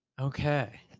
Okay